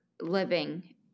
living